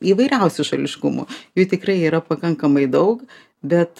įvairiausių šališkumų jų tikrai yra pakankamai daug bet